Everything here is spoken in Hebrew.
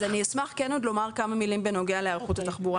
אז אני אשמח כן לומר עוד כמה מילים בנובע להיערכות התחבורה,